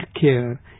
care